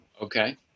Okay